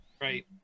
right